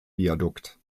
viadukt